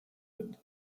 sind